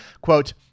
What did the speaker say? quote